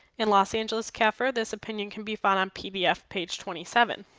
in los angeles cafr this opinion can be found on pdf page twenty seven.